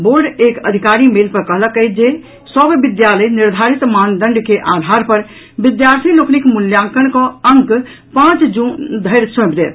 board एक आधिकारी mail मे कहलक अछि जे सभ विद्यालय निर्धारित मानदंड के आधार पर विद्यार्थी लोकनिक मूल्यांकन कऽ अंक पांच जून धरि सौपि देत